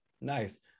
Nice